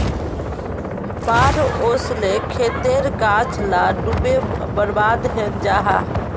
बाढ़ ओस्ले खेतेर गाछ ला डूबे बर्बाद हैनं जाहा